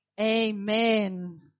Amen